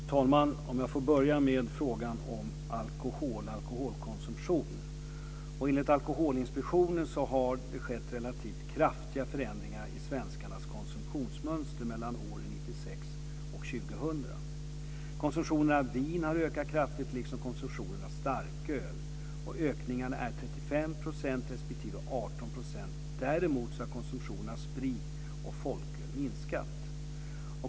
Fru talman! Låt mig börja med frågan om alkoholkonsumtion. Enligt Alkoholinspektionen har det skett relativt kraftiga förändringar i svenskarnas konsumtionsmönster mellan åren 1996 och 2000. Konsumtionen av vin har ökat kraftigt liksom konsumtionen av starköl. Ökningen är 35 % respektive 18 %. Däremot har konsumtionen av sprit och folköl minskat.